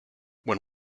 when